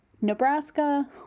Nebraska